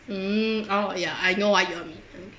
mm oh yeah I know why you all need them